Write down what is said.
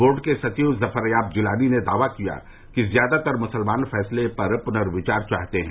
board के सचिव जफरयाब जिलानी ने दावा किया कि ज्यादातर मुसलमान फैसले पर पुनर्विचार चाहते हैं